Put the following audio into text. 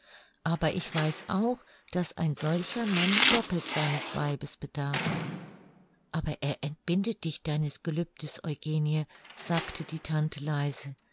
aber ich weiß auch daß ein solcher mann doppelt seines weibes bedarf aber er entbindet dich deines gelübdes eugenie sagte die tante leise